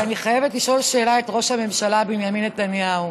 אבל אני חייבת לשאול שאלה את ראש הממשלה בנימין נתניהו: